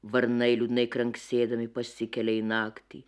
varnai liūdnai kranksėdami pasikelia į naktį